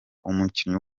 umukinnyi